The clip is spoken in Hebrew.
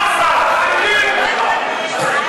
אוסקוט.